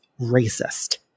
racist